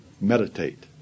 Meditate